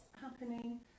happening